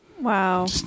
Wow